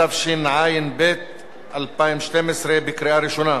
התשע"ב 2012, אושרה בקריאה השלישית.